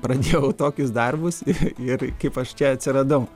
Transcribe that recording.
pradėjau tokius darbus ir kaip aš čia atsiradau